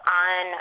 on